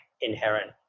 inherent